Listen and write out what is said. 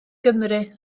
gymru